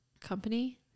company